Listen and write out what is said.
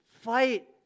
fight